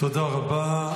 תודה רבה.